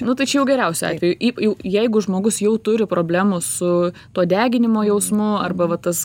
nu tai čia jau geriausiu atveju yp jau jeigu žmogus jau turi problemų su tuo deginimo jausmu arba va tas